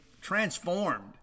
transformed